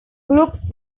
clubs